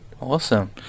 Awesome